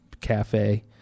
cafe